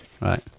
Right